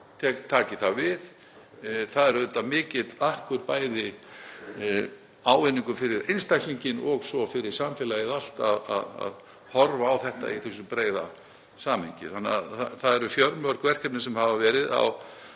taki svo við. Það er auðvitað mikill akkur, bæði ávinningur fyrir einstaklinginn og svo fyrir samfélagið allt, að horfa á þetta í þessu breiða samhengi. Það eru því fjölmörg verkefni sem hafa verið